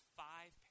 five